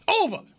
Over